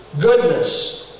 Goodness